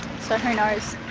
so who knows.